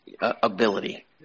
ability